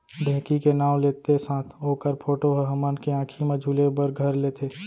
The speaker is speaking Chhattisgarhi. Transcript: ढेंकी के नाव लेत्ते साथ ओकर फोटो ह हमन के आंखी म झूले बर घर लेथे